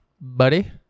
Buddy